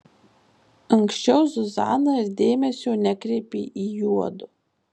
anksčiau zuzana ir dėmesio nekreipė į juodu